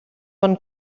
bon